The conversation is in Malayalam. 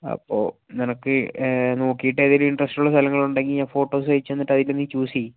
അപ്പോൾ നിനക്ക് നോക്കിയിട്ട് ഏതെങ്കിലും ഇൻറ്ററസ്റ്റ് ഉള്ള സ്ഥലങ്ങൾ ഉണ്ടെങ്കിൽ ഞാൻ ഫോട്ടോസ് അയച്ച് തന്നിട്ട് അതിൽ നീ ചൂസ് ചെയ്യ്